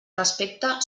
respecte